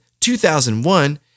2001